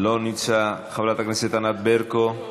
לא נמצא, חברת הכנסת ענת ברקו,